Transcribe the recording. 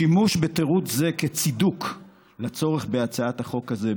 השימוש בתירוץ זה כצידוק לצורך בהצעת החוק הזה,